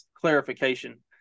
Clarification